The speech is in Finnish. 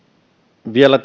vielä